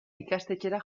ikastetxera